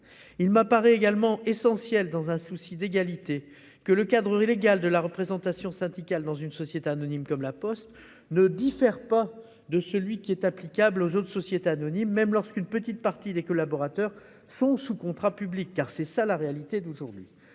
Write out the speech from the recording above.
Il m'apparaît également essentiel, dans un souci d'égalité, que le cadre légal de la représentation syndicale dans une société anonyme comme La Poste ne diffère pas de celui qui est applicable aux autres sociétés anonymes, même lorsqu'une petite partie des collaborateurs est sous contrat public, comme c'est le cas aujourd'hui.